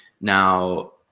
now